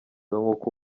nk’uko